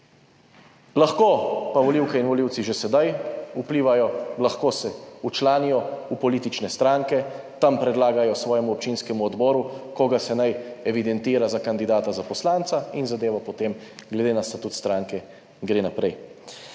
Lahko pa volivke in volivci že sedaj vplivajo, lahko se včlanijo v politične stranke, tam predlagajo svojemu občinskemu odboru koga se naj evidentira za kandidata za poslanca, in zadevo potem glede na statut stranke gre naprej.